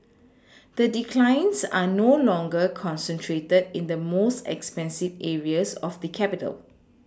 the declines are no longer concentrated in the most expensive areas of the capital